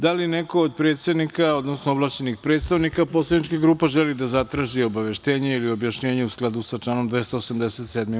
Da li neko od predsednika, odnosno ovlašćenih predstavnika poslaničkih grupa želi da zatraži obaveštenje ili objašnjenje u skladu sa članom 287.